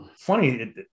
funny